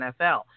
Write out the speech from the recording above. NFL